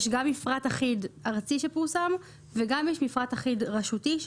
יש גם מפרט אחיד ארצי שפורסם וגם מפרט אחיד רשותי,